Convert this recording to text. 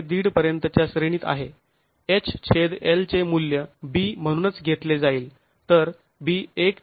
५ पर्यंतच्या श्रेणीत आहे h छेद l चे मूल्य b म्हणूनच घेतले जाईल तर b १ ते १